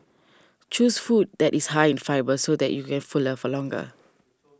choose food that is high in fibre so that you can fuller for longer